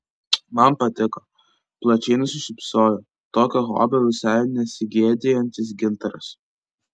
man patiko plačiai nusišypsojo tokio hobio visai nesigėdijantis gintaras